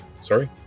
sorry